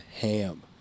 ham